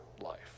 life